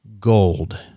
gold